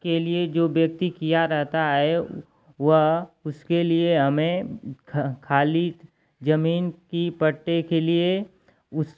के लिए जो व्यक्ति किया रहता है वह उसके लिए हमें खाली ज़मीन के पट्टे के लिए उस